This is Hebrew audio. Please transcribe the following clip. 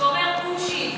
שאומר: כושי,